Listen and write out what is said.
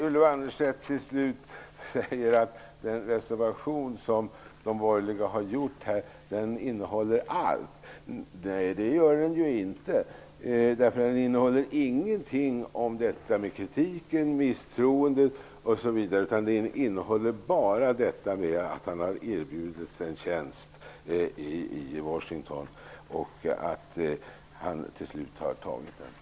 Till slut: Ylva Annerstedt säger att de borgerligas reservation här innehåller allt. Nej, det gör den inte. Där sägs ju ingenting om kritiken, misstroendet osv., utan den innehåller bara det här med att Anders Sahlén erbjudits en tjänst i Washington och att han till slut har antagit den.